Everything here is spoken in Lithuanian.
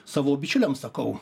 savo bičiuliam sakau